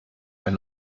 ein